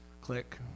Click